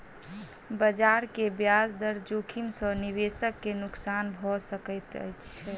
बजार के ब्याज दर जोखिम सॅ निवेशक के नुक्सान भ सकैत छै